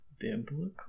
biblical